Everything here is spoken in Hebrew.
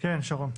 כן שרון.